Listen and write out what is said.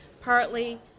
Partly